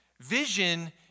Vision